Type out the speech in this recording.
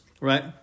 right